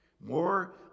more